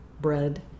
Bread